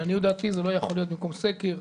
לעניות דעתי זה לא יכול להיות במקום סקר.